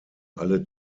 alle